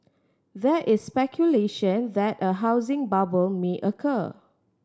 there is speculation that a housing bubble may occur